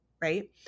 right